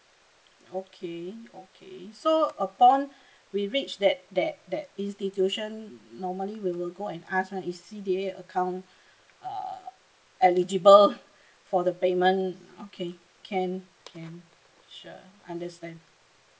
okay okay so upon we reach that that that institution normally we will go and ask right is C_D_A account err eligible for the payment okay can can sure understand